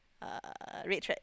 uh red thread